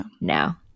now